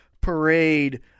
parade